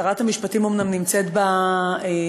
שרת המשפטים אומנם נמצאת במליאה,